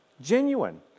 genuine